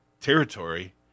territory